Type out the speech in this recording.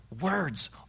Words